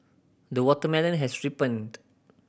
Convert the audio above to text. the watermelon has ripened